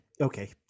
okay